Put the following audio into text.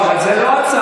לא, אבל זאת לא ההצעה.